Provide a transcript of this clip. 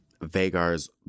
Vagar's